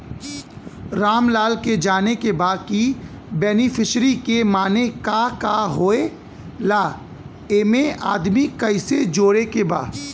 रामलाल के जाने के बा की बेनिफिसरी के माने का का होए ला एमे आदमी कैसे जोड़े के बा?